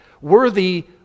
worthy